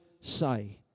say